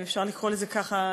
אם אפשר לקרוא לזה ככה,